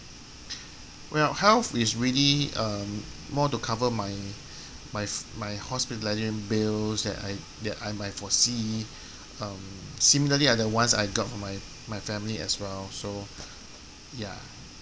well health is really uh more to cover my my my hospitalization bills that I that I might foresee um similarly otherwise I've got my family as well so ya